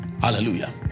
hallelujah